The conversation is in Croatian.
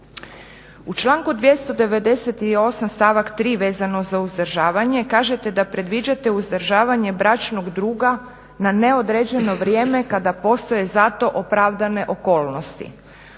U članku 298. stavak 3. vezano za uzdržavanje, kažete da predviđate uzdržavanje bračnog druga na neodređeno vrijeme kada postoje za to opravdane okolnosti.